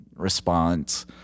response